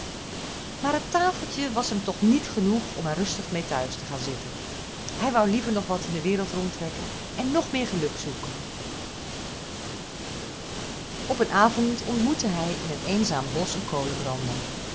maar het tafeltje was hem toch nog niet genoeg om er rustig mee thuis te gaan zitten hij woù liever nog wat in de wereld rondtrekken en nog meer geluk zoeken op een avond ontmoette hij in een eenzaam bosch een